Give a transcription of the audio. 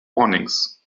warnings